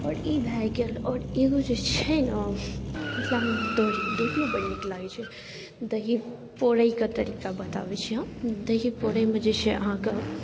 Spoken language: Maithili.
आओर ई भऽ गेल आओर इहो जे छै ने मिथिलामे दही दहिओ बड़ नीक लागै छै दही पौरैके तरीका बताबै छी हम दही पौरैमे जे छै अहाँके